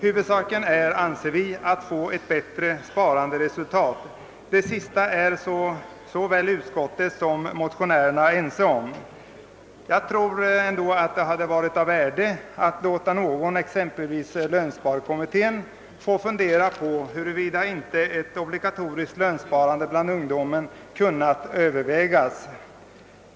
Huvudsaken är, anser vi, att uppnå ett större sparande. Detta är utskottet överens med oss motionärer om. Jag tror det hade varit av värde att låta någon — exempelvis lönsparkommittén — få fundera på huruvida inte ett obligatoriskt lönsparande bland ungdomen kunnat övervägas.